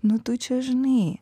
nu tu čia žinai